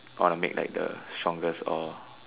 want to make like the strongest or